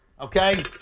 okay